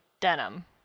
denim